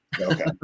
okay